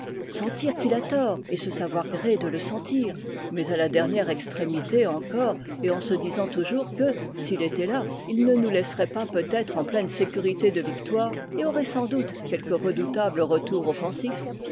sentir qu'il a tort et se savoir gré de le sentir mais à la dernière extrémité encore et en se disant toujours que s'il était là il ne nous laisserait pas peut-être en pleine sécurité de victoire et aurait sans doute quelque redoutable retour offensif